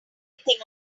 thing